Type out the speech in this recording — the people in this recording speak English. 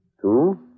Two